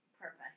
Perfect